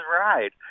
ride